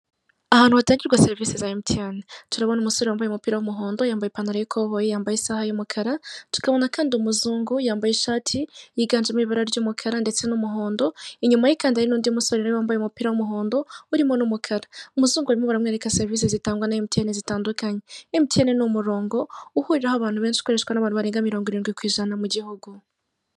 Ahantu hatangirwa serivise za MTN. Turabona umusore wambaye umupira w'umuhondo, yambaye ipantaro y'ikoboyi, yambaye isaha y'umukara. Tukabona kandi umuzungu yambaye ishati yiganjemo ibara ry'umukara ndetse n'umuhondo, inyuma ye kandi hari n'undi musore wambaye umupira w'umuhondo urimo n'umukara. Umuzungu barimo baramwereka serivise zitangwa na MTN zitandukanye. MTN ni umurongo uhuriraho abantu benshi ukoreshwa n'abantu barenga mirongo irindwi ku ijana mu gihugu.